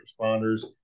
responders